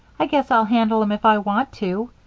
i guess i'll handle em if i want to.